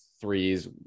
threes